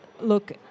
look